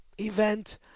event